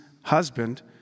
husband